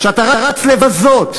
שאתה רץ לבזות.